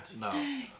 No